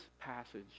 passage